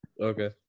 Okay